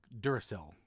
Duracell